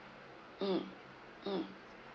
mm mm